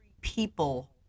people